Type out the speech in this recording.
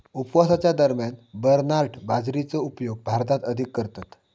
उपवासाच्या दरम्यान बरनार्ड बाजरीचो उपयोग भारतात अधिक करतत